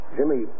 Jimmy